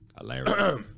Hilarious